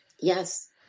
yes